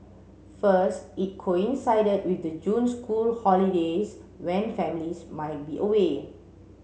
first it coincided with the June school holidays when families might be away